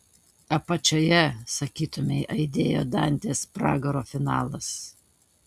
apačioje sakytumei aidėjo dantės pragaro finalas